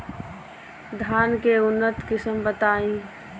धान के उन्नत किस्म बताई?